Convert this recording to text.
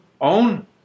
own